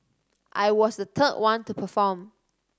I was the third one to perform